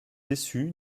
déçue